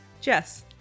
Jess